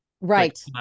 right